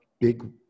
big